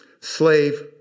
Slave